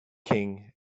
king